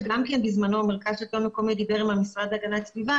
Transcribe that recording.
שגם כן בזמנו המרכז לשלטון מקומי דיבר עם המשרד להגנת הסביבה,